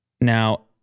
Now